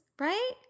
right